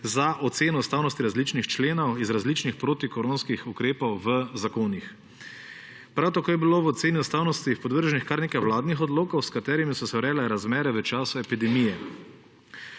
za oceno ustavnosti določenih členov iz različnih protikoronskih zakonov. Prav tako je bilo v oceno ustavnosti podvrženih kar nekaj vladnih odlokov, s katerimi so se urejale razmere v času epidemije.